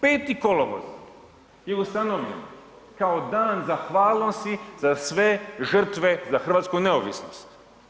5. kolovoza je ustanovljeno kao dan zahvalnosti za sve žrtve za hrvatsku neovisnost.